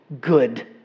good